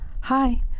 Hi